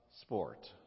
sport